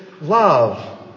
love